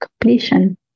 completion